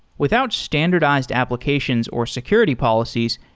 without standardized applications or security policies,